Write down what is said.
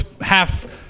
half